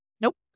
nope